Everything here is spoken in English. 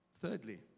Thirdly